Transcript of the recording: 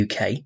UK